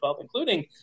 including